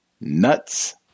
Nuts